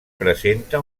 presenta